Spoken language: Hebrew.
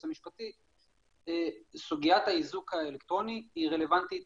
שסוגיית האיזוק האלקטרוני רלוונטית